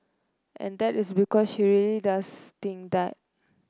and that is because she really does think that